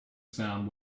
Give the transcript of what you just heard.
sound